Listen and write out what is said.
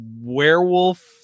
werewolf